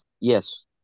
Yes